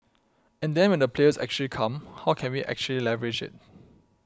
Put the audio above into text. and then when the players actually come how can we actually leverage it